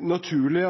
naturlig